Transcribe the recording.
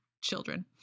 children